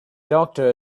doctor